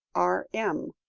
r m,